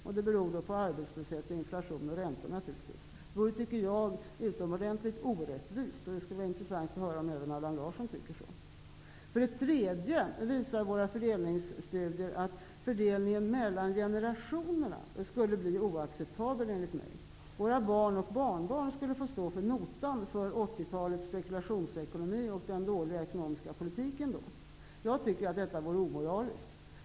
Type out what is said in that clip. Det beror naturligtvis på arbetslösheten, inflationen och räntorna. Det vore utomordentligt orättvist. Det skulle vara intressant att höra om även Allan Larsson tycker så. För det tredje visar våra fördelningsstudier att fördelningen mellan generationerna skulle bli oacceptabel. Våra barn och barnbarn skulle få stå för notan för 80-talets spekulationsekonomi och den dåliga ekonomiska politiken. Detta vore omoraliskt.